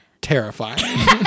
terrifying